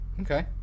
Okay